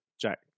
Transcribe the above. Jack